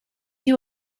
you